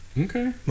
Okay